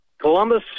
Columbus